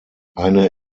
eine